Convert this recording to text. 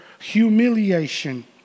humiliation